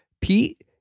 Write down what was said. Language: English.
Pete